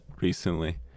recently